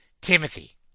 Timothy